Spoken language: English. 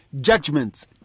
judgments